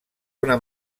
una